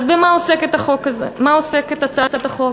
אז במה עוסקת הצעת החוק?